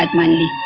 like me